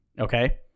Okay